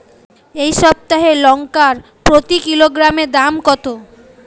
এই সপ্তাহের লঙ্কার প্রতি কিলোগ্রামে দাম কত?